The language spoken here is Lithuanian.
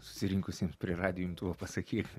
susirinkusiems prie radijo imtuvo pasakyk